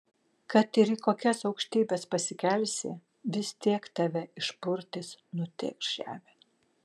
kad ir į kokias aukštybes pasikelsi vis tiek tave išpurtys nutėkš žemėn